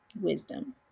wisdom